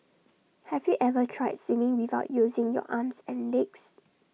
have you ever tried swimming without using your arms and legs